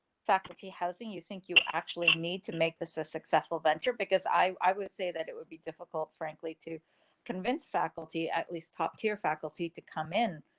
faculty housing, you think you actually need to make this a successful venture because i would say that it would be difficult, frankly, to convince faculty at least talk to your faculty to come in.